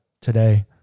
today